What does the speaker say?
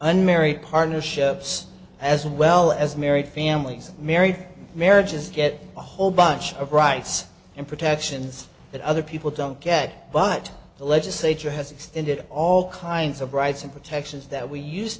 unmarried partnerships as well as married families and married marriages get a whole bunch of rights and protections that other people don't get but the legislature has extended all kinds of rights and protections that we used